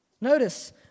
Notice